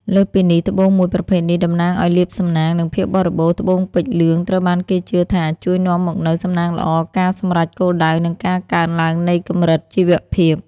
លើសពីនេះត្បូងមួយប្រភេទនេះតំណាងឱ្យលាភសំណាង និងភាពបរិបូរណ៍ត្បូងពេជ្រលឿងត្រូវបានគេជឿថាជួយនាំមកនូវ សំណាងល្អ ការសម្រេចគោលដៅ និងការកើនឡើងនៃកម្រិតជីវភាព។